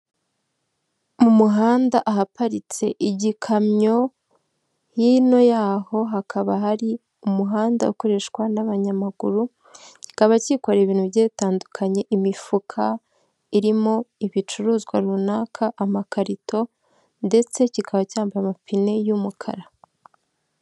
Mu muhanda, ahaparitse igikamyo, hino yaho hakaba hari umuhanda ukoreshwa n'abanyamaguru, kikaba cyikoreye ibintu bigiye tandukanye; imifuka irimo ibicuruzwa runaka, amakarito, ndetse kikaba cyambaye amapine y'umukara.